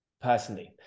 personally